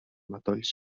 matolls